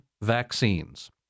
vaccines